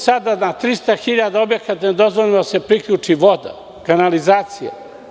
Sada je na 300.000 objekata dozvoljeno da se priključi voda, kanalizacija.